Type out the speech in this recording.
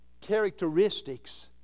characteristics